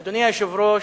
אדוני היושב-ראש,